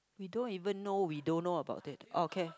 we don't even know we don't know about that okay